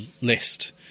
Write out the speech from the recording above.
list